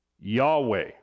Yahweh